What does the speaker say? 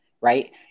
right